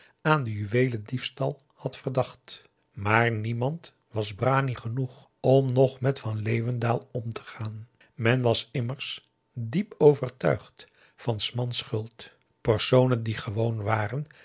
aan den juweelendiefstal had verdacht maar niemand was b r a n i genoeg om nog met van leeuwendaal om te gaan men was immers diep overtuigd van s mans schuld personen die gewoon waren